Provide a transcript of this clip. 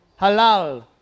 Halal